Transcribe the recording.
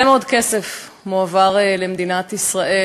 כנסת נכבדה,